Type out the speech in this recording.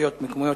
רשויות מקומיות,